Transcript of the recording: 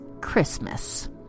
Christmas